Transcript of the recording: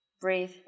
Breathe